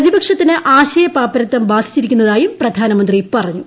പ്രതിപക്ഷത്തിന് ആശയ പാപ്പരത്തം ബ്രാധിച്ചിരിക്കുന്നതായും പ്രധാനമന്ത്രി പറഞ്ഞു